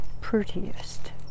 prettiest